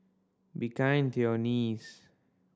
be kind to your knees